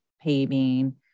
paving